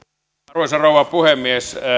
arvoisa rouva puhemies